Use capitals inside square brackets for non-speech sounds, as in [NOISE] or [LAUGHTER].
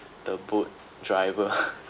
the boat driver [LAUGHS]